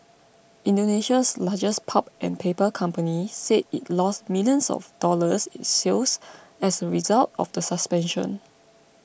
Indonesia's largest pulp and paper company said it lost millions of dollars in sales as a result of the suspension